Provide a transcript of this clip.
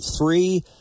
three